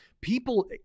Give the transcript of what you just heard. people